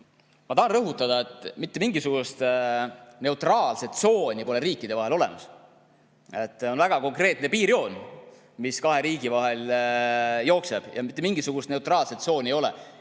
Ma tahan rõhutada, et mitte mingisugust neutraalset tsooni pole riikide vahel olemas. On väga konkreetne piirijoon, mis kahe riigi vahel jookseb, mitte mingisugust neutraalset tsooni ei ole.